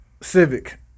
Civic